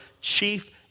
chief